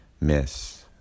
miss